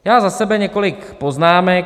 Já za sebe několik poznámek.